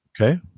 Okay